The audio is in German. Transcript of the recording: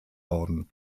worden